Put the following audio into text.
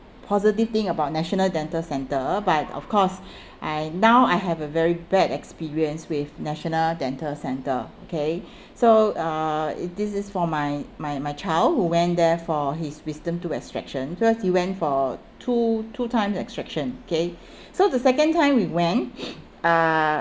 positive thing about national dental centre but of course I now I have a very bad experience with national dental centre okay so uh it this is for my my my child who went there for his wisdom tooth extraction so he went for two two times extraction okay so the second time we went uh